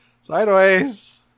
sideways